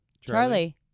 Charlie